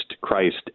Christ